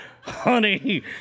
honey